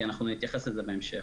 אנחנו נתייחס לזה בהמשך,